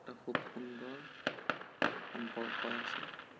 এটা খুব সুন্দৰ সম্পৰ্ক আছে